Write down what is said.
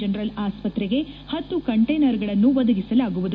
general ಅಸ್ಸತ್ತೆಗೆ ಪತ್ತು ಕಂಟೈನರುಗಳನ್ನು ಒದಗಿಸಲಾಗುವುದು